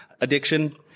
addiction